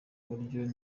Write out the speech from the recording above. buryo